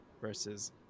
versus